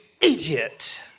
idiot